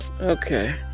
Okay